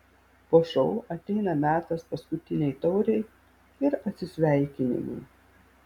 po šou ateina metas paskutinei taurei ir atsisveikinimui